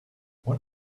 what